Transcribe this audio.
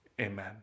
amen